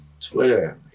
Twitter